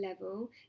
level